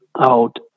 out